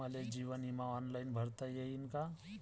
मले जीवन बिमा ऑनलाईन भरता येईन का?